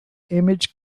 image